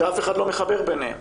שאף אחד לא מחבר ביניהם.